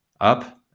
up